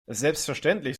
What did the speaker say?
selbstverständlich